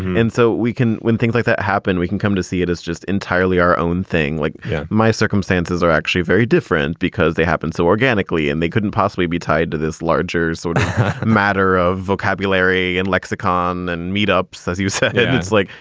and so we can when things like that happen, we can come to see it is just entirely our own thing. like yeah my circumstances are actually very different because they happen so organically and they couldn't possibly be tied to this larger sort of matter of vocabulary and lexicon and meetups, as you said. it's like,